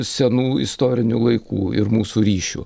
senų istorinių laikų ir mūsų ryšių